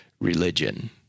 religion